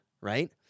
right